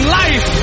life